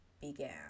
began